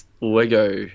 Lego